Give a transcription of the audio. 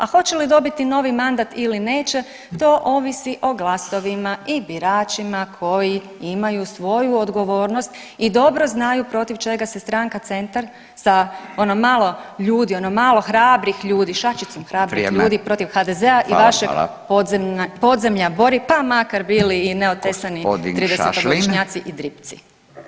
A hoće li dobiti novi mandat ili neće, to ovisi o glasovima i biračima koji imaju svoju odgovornost i dobro znaju protiv čega se stranka Centar sa ono malo ljudi, ono malo hrabrih ljudi, šačicom hrabrih ljudi [[Upadica Radin: vrijeme.]] protiv HDZ-a [[Upadica Radin: hvala, hvala.]] i vašeg podzemlja bori pa makar bili i neotesani 30-godišnjaci i dripci.